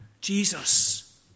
Jesus